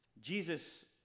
Jesus